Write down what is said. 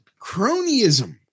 Cronyism